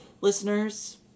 listeners